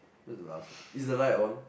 what's the last one is the light on